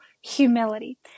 humility